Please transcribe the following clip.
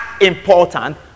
important